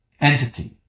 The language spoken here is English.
entity